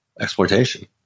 exploitation